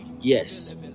Yes